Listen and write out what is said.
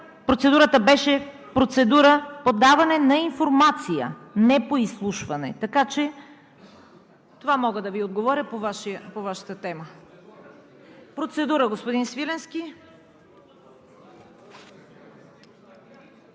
Процедурата беше процедура по даване на информация, не по изслушване. Това мога да отговоря по Вашата тема. Процедура – господин Свиленски.